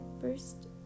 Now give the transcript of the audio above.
First